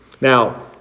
Now